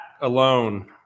alone